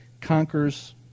conquers